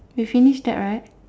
we finish that right